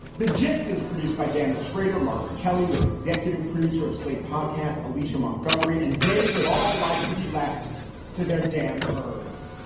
the gist is produced by daniel shrader, margaret kelly with executive producer of slate podcasts, alicia montgomery. and they would all like to be left to their damn birds,